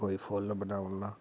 कोई फुल्ल बनाऊड़ना